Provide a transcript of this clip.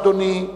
אדוני,